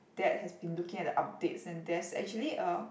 dad has been looking at the updates and there's actually a